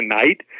tonight